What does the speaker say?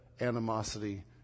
animosity